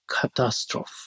catastrophe